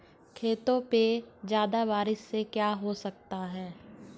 खेतों पे ज्यादा बारिश से क्या हो सकता है?